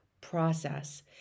process